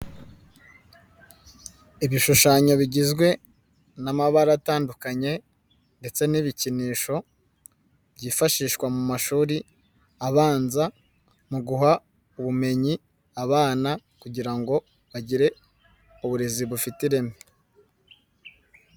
Ibishushanyo bigizwe n'amabara atandukanye, ndetse n'ibikinisho, byifashishwa mu mashuri abanza, mu guha, ubumenyi abana , kugira ngo, bagire, uburezi bufite ireme.